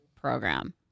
program